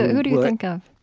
ah who do you think of?